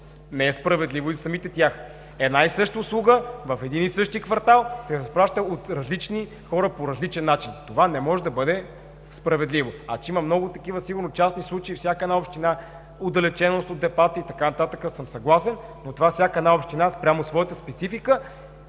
не е справедливо и за самите тях – една и съща услуга в един и същи квартал се разплаща от различни хора по различен начин. Това не може да бъде справедливо. А че има много такива сигурно частни случаи във всяка една община – отдалеченост от депата, и така нататък, аз съм съгласен, но това всяка една община спрямо своята специфика